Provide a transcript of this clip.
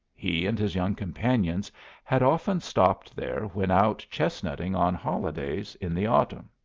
he and his young companions had often stopped there when out chestnutting on holidays in the autumn.